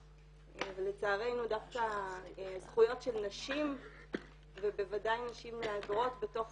ולצערנו דווקא זכויות של נשים ובוודאי נשים מהגרות בתוך